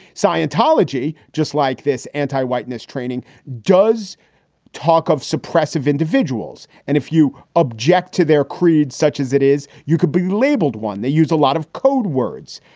scientology, just like this, antiwhite. this training does talk of suppressive individuals. and if you object to their creed, such as it is, you could be labeled one. they use a lot of code words.